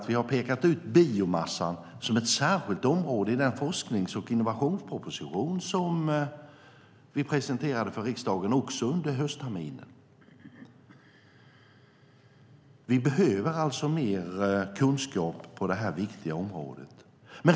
Vi har pekat ut biomassan som ett särskilt område i den forsknings och innovationsproposition som vi också presenterade för riksdagen under hösten. Vi behöver mer kunskap på det här viktiga området.